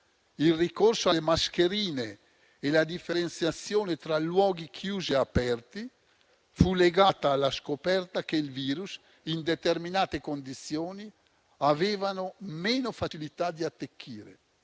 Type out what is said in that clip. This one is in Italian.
Il ricorso alle mascherine e la differenziazione tra luoghi chiusi e aperti fu legata alla scoperta che il virus in determinate condizioni aveva meno facilità di attecchire.